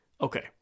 Okay